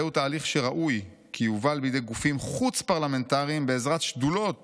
זהו תהליך שראוי כי יובל בידי גופים חוץ פרלמנטריים בעזרת שדולות